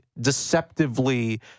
deceptively